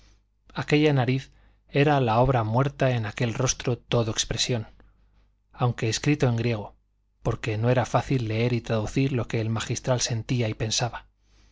aquella nariz era la obra muerta en aquel rostro todo expresión aunque escrito en griego porque no era fácil leer y traducir lo que el magistral sentía y pensaba